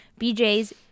BJ's